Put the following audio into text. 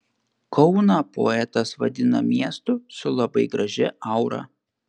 kauną poetas vadina miestu su labai gražia aura